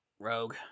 rogue